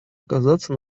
оказаться